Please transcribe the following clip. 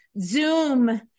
Zoom